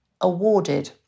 awarded